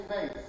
faith